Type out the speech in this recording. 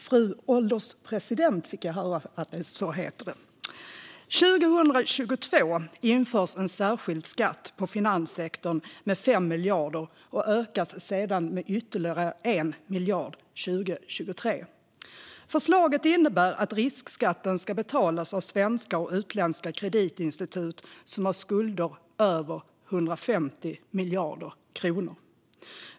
Fru ålderspresident! År 2022 införs en särskild skatt på finanssektorn med 5 miljarder. Den ökas sedan med ytterligare 1 miljard 2023. Förslaget innebär att riskskatten ska betalas av svenska och utländska kreditinstitut som har skulder över 150 miljarder kronor.